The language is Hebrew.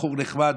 בחור נחמד,